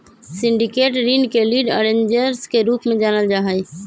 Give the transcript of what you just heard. syndicated ऋण के lead arrangers के रूप में जानल जा हई